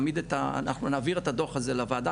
אנחנו נעביר את הדוח הזה לוועדה,